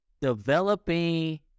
developing